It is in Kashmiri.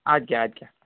اَدٕ کیاہ اَدٕ کیاہ